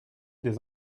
des